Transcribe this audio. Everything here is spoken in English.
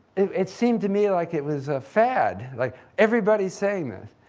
it seemed to me like it was a fad, like everybody's saying this.